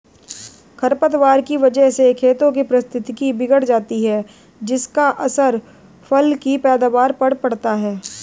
खरपतवार की वजह से खेतों की पारिस्थितिकी बिगड़ जाती है जिसका असर फसल की पैदावार पर पड़ता है